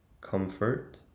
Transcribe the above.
comfort